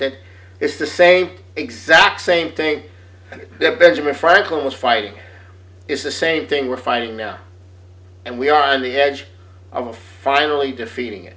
that it's the same exact same thing that benjamin franklin was fighting is the same thing we're fighting now and we are on the edge of finally